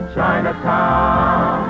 Chinatown